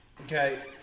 Okay